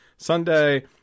Sunday